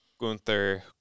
Gunther